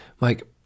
Mike